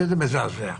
שזה מזעזע.